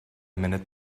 minute